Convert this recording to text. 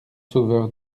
sauveur